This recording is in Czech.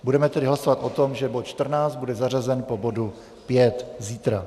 Budeme tedy hlasovat o tom, že bod 14 bude zařazen po bodu 5 zítra.